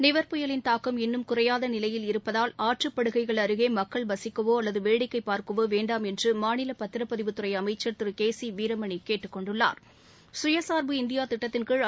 நிவர் புயலின் தாக்கம் இன்னும் குறையாதநிலையில் இருப்பதால் ஆற்றுப்படுகைகள் அருகே மக்கள் வசிக்கவோ அல்லது வேடிக்கை பார்க்கவோ வேண்டாம் என்று மாநில பத்திரப்பதிவுத்துறை அமைச்சர் திரு கே சி வீரமணி கூறியுள்ளார் சுயசார்பு இந்தியா திட்டத்தின்கீழ்